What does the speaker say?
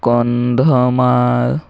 Kandhamal